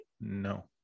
No